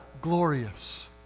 glorious